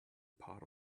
part